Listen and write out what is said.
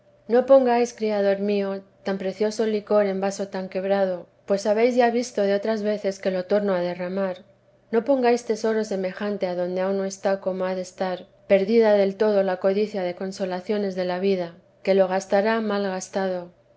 no pongáis criador mío tan precioso licor en vaso tan quebrado pues habéis ya visto de otras veces que lo torno a derramar no pongáis tesoro semejante adonde aun no está como ha de estar perdida del todo la codicia de consolaciones de la vida que lo gastará mal gastado